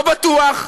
לא בטוח.